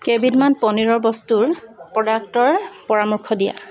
কেইবিধমান পনীৰৰ বস্তুৰ প্ৰডাক্টৰ পৰামৰ্শ দিয়া